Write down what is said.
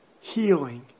healing